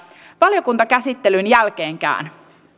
valiokuntakäsittelyn jälkeenkään